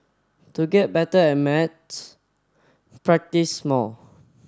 to get better at maths practise more